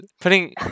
putting